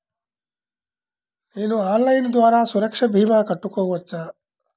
నేను ఆన్లైన్ ద్వారా సురక్ష భీమా కట్టుకోవచ్చా?